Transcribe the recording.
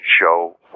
show